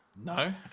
No